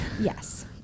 Yes